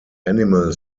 animal